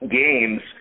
games